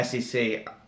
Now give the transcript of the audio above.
SEC